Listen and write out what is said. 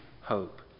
hope